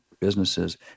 businesses